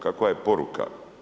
Kakva je poruka?